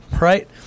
right